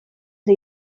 eta